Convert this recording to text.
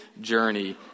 journey